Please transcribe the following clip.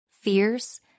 fierce